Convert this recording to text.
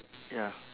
ya